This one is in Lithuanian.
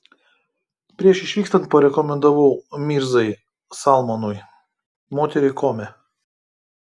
prieš išvykstant parekomendavau mirzai salmanui moterį kome